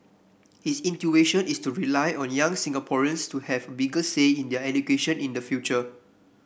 his intuition is to rely on young Singaporeans to have a bigger say in their education in the future